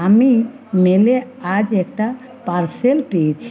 আমি মেলে আজ একটা পার্সেল পেয়েছি